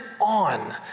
on